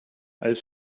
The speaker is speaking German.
als